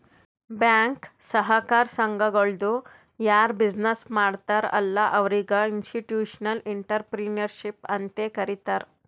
bank, ಸಹಕಾರ ಸಂಘಗಳದು ಯಾರ್ ಬಿಸಿನ್ನೆಸ್ ಮಾಡ್ತಾರ ಅಲ್ಲಾ ಅವ್ರಿಗ ಇನ್ಸ್ಟಿಟ್ಯೂಷನಲ್ ಇಂಟ್ರಪ್ರಿನರ್ಶಿಪ್ ಅಂತೆ ಕರಿತಾರ್